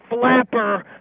Flapper